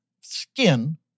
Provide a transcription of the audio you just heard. skin